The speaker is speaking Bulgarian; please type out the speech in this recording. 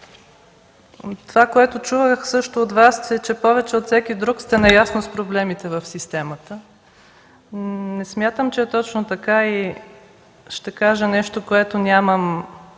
Това, което чувах също от Вас, е, че повече от всеки друг сте наясно с проблемите в системата. Не смятам, че е точно така и ще кажа нещо, което нямам